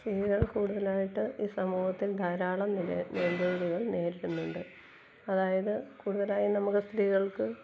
സ്ത്രീകൾ കൂടുതലായിട്ട് ഈ സമൂഹത്തിൽ ധാരാളം വെല്ലുവിളികൾ നേരിടുന്നുണ്ട് അതായത് കൂടുതലായി നമുക്ക് സ്ത്രീകൾക്ക്